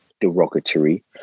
derogatory